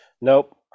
Nope